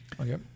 okay